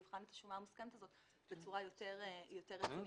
יבחן את השומה המוסכמת בצורה יותר רצינית.